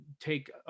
take